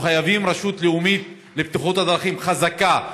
אנחנו חייבים רשות לאומית לבטיחות בדרכים חזקה,